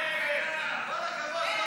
נכון, אתם עושים אותו,